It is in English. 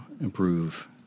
improve